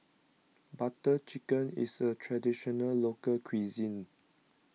Butter Chicken is a Traditional Local Cuisine